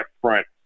front